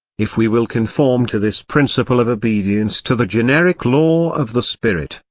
if we will conform to this principle of obedience to the generic law of the spirit,